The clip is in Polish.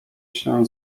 się